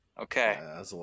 okay